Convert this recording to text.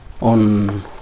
on